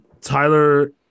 Tyler